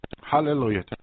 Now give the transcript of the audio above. Hallelujah